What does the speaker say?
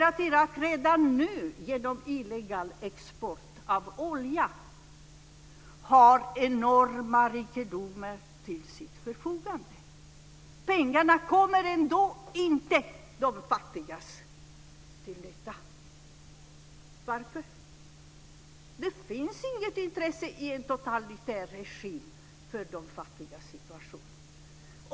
Irak har redan nu, genom illegal export av olja, enorma rikedomar till sitt förfogande. Pengarna kommer ändå inte till nytta för de fattiga. Varför? Det finns inget intresse i en totalitär regim för de fattigas situation.